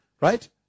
Right